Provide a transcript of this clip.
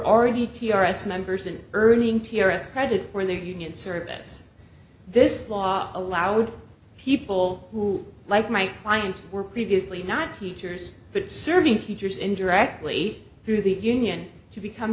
already chiar as members and earning t r s credit for their union service this law allowed people who like my clients who were previously not teachers but serving teachers indirectly through the union to become